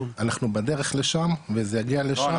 אנחנו בדרך לשם וזה יגיע לשם --- לא,